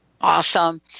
awesome